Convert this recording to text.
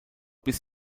bis